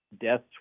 deaths